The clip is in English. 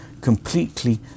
completely